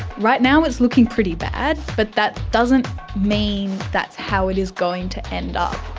right now it's looking pretty bad but that doesn't mean that's how it is going to end up.